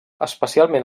especialment